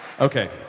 Okay